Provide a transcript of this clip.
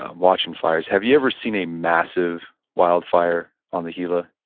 um watching fires, have you ever seen a massive wildfire on the gila?